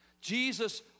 Jesus